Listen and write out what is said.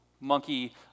monkey